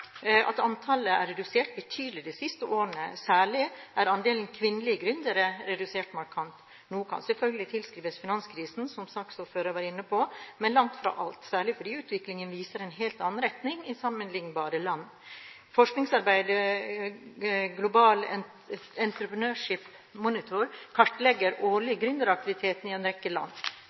at antallet er redusert betydelig de siste årene. Særlig er andelen kvinnelige gründere redusert markant. Noe kan selvfølgelig tilskrives finanskrisen, slik saksordføreren var inne på, men langt fra alt, særlig fordi utviklingen viser en helt annen retning i sammenlignbare land. Forskningssamarbeidet Global Entrepreneurship Monitor kartlegger årlig gründeraktiviteten i en rekke land.